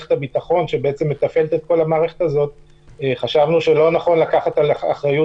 מערכת הביטחון חשבה שלא נכון לקחת אחריות